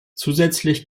zusätzlich